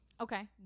Okay